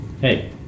Hey